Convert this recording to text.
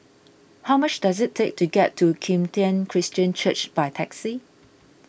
how much does it take to get to Kim Tian Christian Church by taxi